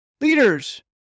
leaders